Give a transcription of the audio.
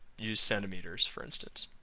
use centimeters for instance.